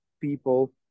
people